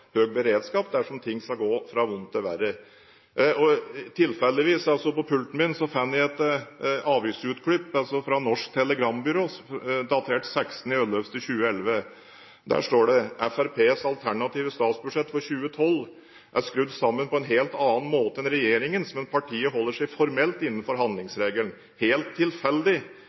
høy beredskap dersom ting skulle gå fra vondt til verre. Tilfeldigvis fant jeg på pulten min et avisutklipp fra Norsk Telegrambyrå, datert 16. november 2011. Der står det: «Frps alternative statsbudsjett for 2012 er skrudd sammen på en helt annen måte enn regjeringens, men partiet holder seg formelt innenfor handlingsregelen – Helt tilfeldig.